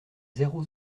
zéro